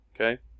Okay